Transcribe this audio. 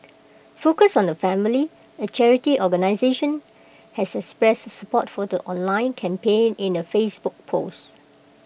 focus on the family A charity organisation has expressed support for the online campaign in A Facebook post